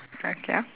uh ya